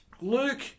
Luke